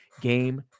Game